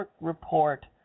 report